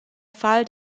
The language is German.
fall